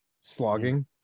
Slogging